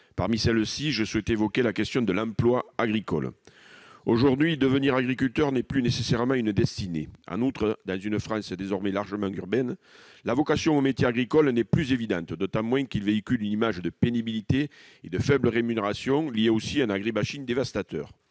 Parmi celles-ci, je souhaite évoquer la question de l'emploi agricole. Aujourd'hui, devenir agriculteur n'est plus nécessairement une destinée. En outre, dans une France désormais largement urbaine, la vocation aux métiers agricoles n'est plus évidente, et ce d'autant moins qu'ils véhiculent une image de pénibilité et de faibles rémunérations, liée aussi à un agribashing dévastateur.